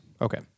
Okay